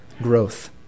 growth